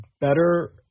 better